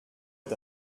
est